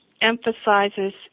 emphasizes